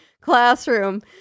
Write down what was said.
classroom